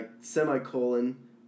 Semicolon